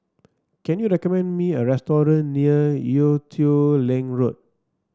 can you recommend me a restaurant near Ee Teow Leng Road